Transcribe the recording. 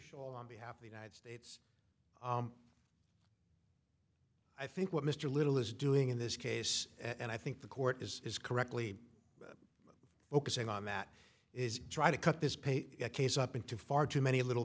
show on behalf of the united states i think what mr little is doing in this case and i think the court is correctly focusing on that is try to cut this pay case up into far too many little